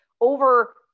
over